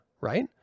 right